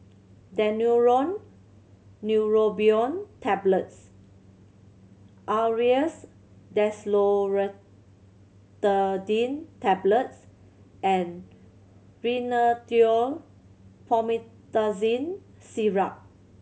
Daneuron Neurobion Tablets Aerius DesloratadineTablets and Rhinathiol Promethazine Syrup